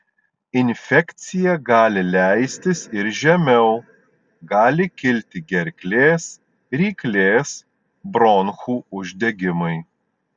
infekcija gali leistis ir žemiau gali kilti gerklės ryklės bronchų uždegimai